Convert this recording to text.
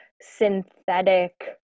synthetic